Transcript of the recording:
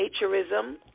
naturism